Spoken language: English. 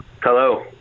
Hello